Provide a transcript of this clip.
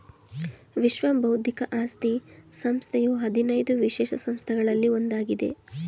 ವಿಶ್ವ ಬೌದ್ಧಿಕ ಆಸ್ತಿ ಸಂಸ್ಥೆಯು ಹದಿನೈದು ವಿಶೇಷ ಸಂಸ್ಥೆಗಳಲ್ಲಿ ಒಂದಾಗಿದೆ